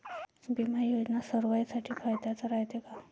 बिमा योजना सर्वाईसाठी फायद्याचं रायते का?